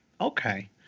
Okay